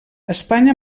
espanya